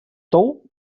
tou